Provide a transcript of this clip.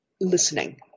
listening